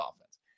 offense